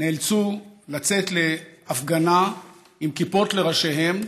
נאלצו לצאת להפגנה עם כיפות לראשיהם,